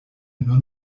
nur